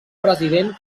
president